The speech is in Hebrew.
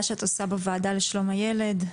החשובה והמבורכת שלך בוועדה לזכויות הילד.